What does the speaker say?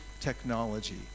technology